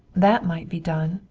that might be done.